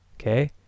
okay